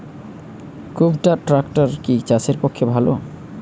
কুবটার ট্রাকটার কি চাষের পক্ষে ভালো?